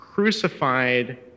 crucified